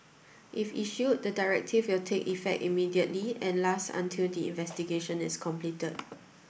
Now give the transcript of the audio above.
if issued the directive will take effect immediately and last until the investigation is completed